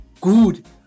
good